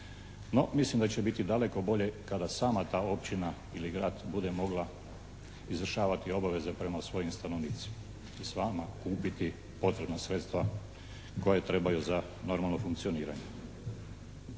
no mislim da će biti daleko bolje kada sama ta općina ili grad bude mogla izvršavati obaveze prema svojim stanovnicima i sama kupiti potrebna sredstva koja trebaju za normalno funkcioniranje.